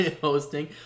hosting